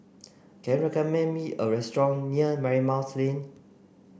can you recommend me a restaurant near Marymount's Lane